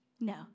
no